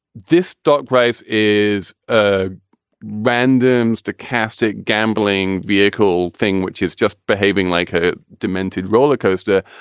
this stock price is ah randoms to casta gambling vehicle thing, which is just behaving like a demented rollercoaster.